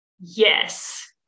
Yes